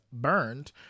burned